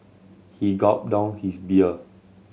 he gulped down his beer